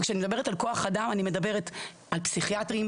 כשאני מדברת על כוח אדם, אני מדברת על פסיכיאטרים,